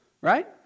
Right